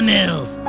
Mills